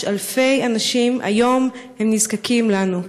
יש אלפי אנשים, והיום הם נזקקים לנו.